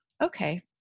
okay